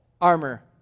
armor